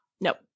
Nope